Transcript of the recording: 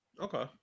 Okay